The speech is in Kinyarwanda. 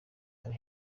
ari